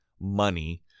money